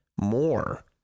more